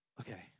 Okay